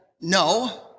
No